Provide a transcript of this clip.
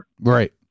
Right